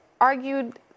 argued